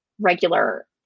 regular